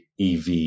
EV